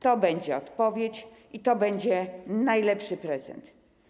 To będzie odpowiedź i to będzie najlepszy prezent.